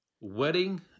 wedding